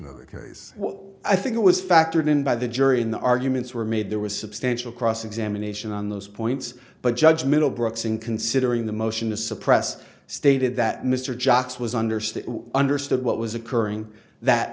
what i think it was factored in by the jury and the arguments were made there was substantial cross examination on those points but judge middlebrooks in considering the motion to suppress stated that mr jocks was understood understood what was occurring that